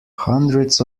hundreds